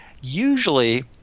usually